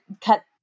cut